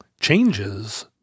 changes